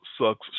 sucks